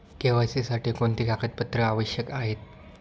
KYC साठी कोणती कागदपत्रे आवश्यक आहेत?